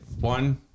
One